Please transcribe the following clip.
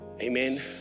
Amen